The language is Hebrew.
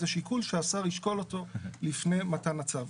זה שיקול שהשר ישקול אותו לפני מתן הצו.